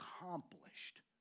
accomplished